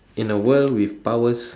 in a world with powers